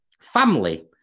family